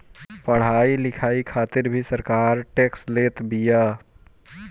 पढ़ाई लिखाई खातिर भी सरकार टेक्स लेत बिया